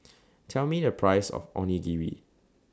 Tell Me The Price of Onigiri